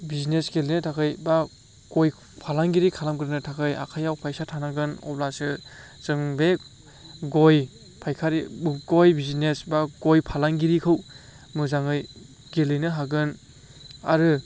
business गेलेनो थाखाय एबा गय फालांगिरि खालामग्रोनो थाखाय आखायाव फैसा थानांगोन अब्लासो जों बे गय फायखारि गय बिजिनेस एबा गय फालांगिरिखौ मोजाङै गेलेनो हागोन आरो